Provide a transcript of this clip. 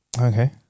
Okay